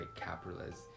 capitalist